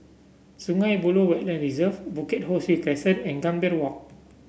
Sungei Buloh Wetland Reserve Bukit Ho Swee Crescent and Gambir Walk